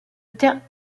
terminal